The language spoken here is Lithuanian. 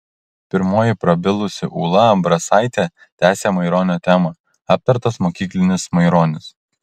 pirmoji prabilusi ūla ambrasaitė tęsė maironio temą aptartas mokyklinis maironis